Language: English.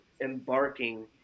embarking